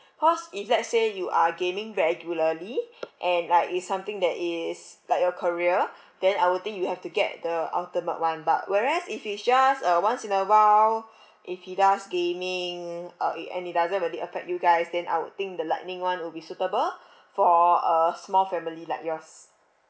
cause if let's say you are gaming regularly and like it's something that is like a career then I will think you have to get the ultimate one but whereas if it's just uh once in a while if he does gaming uh it and it doesn't really affect you guys then I would think the lightning one will be suitable for a small family like yours